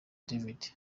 david